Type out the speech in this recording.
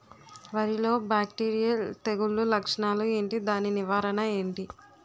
వరి లో బ్యాక్టీరియల్ తెగులు లక్షణాలు ఏంటి? దాని నివారణ ఏంటి?